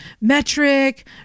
metric